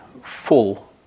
full